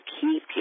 keep